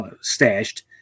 stashed